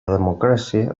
democràcia